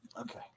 Okay